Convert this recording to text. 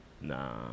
Nah